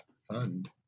fund